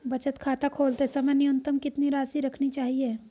बचत खाता खोलते समय न्यूनतम कितनी राशि रखनी चाहिए?